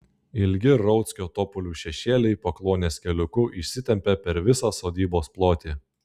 ilgi rauckio topolių šešėliai pakluonės keliuku išsitempia per visą sodybos plotį